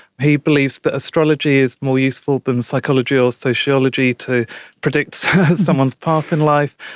he believes that astrology is more useful than psychology or sociology to predict someone's path in life.